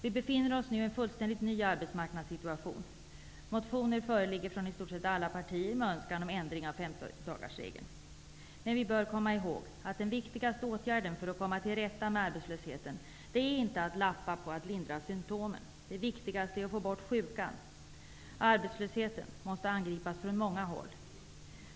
Vi befinner oss nu i en fullständigt ny arbetsmarknadssituation. Motioner föreligger från i stort sett alla partier med önskan om ändring av 150-dagarsregeln. Men vi bör komma ihåg att den viktigaste åtgärden för att komma till rätta med arbetslösheten inte är att lappa på och lindra symtomen. Det viktigaste är att få bort sjukan. Arbetslösheten måste angripas från många håll.